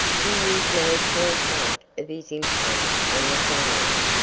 he used no small part of his income on the flowers,